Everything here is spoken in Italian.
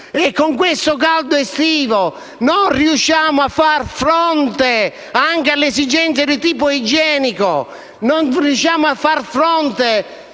Con questo caldo estivo non riusciamo a far fronte nemmeno alle esigenze di tipo igienico,